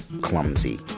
clumsy